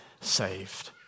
saved